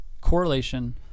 correlation